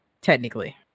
Technically